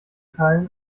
teilen